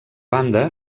banda